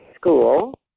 school